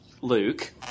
Luke